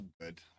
good